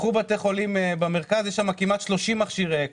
קחו בית חולים במרכז יש שם כמעט 30 מכשירי אקמו.